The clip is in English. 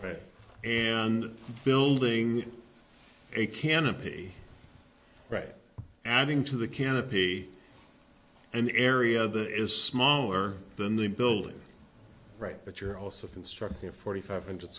building and building a canopy right adding to the canopy an area that is smaller than the building right but you're also construct here forty five hundred